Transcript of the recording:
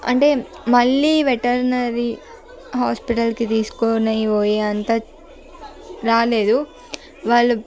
అంటే మళ్ళీ వెటర్నరీ హాస్పిటల్కి తీసుకుని పోయే అంత రాలేదు వాళ్ళు